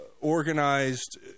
organized –